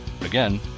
Again